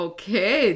Okay